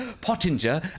Pottinger